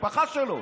למשפחה שלו,